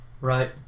Right